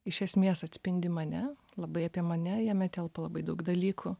iš esmės atspindi mane labai apie mane jame telpa labai daug dalykų